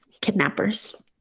kidnappers